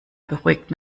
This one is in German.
beruhigt